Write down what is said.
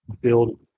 build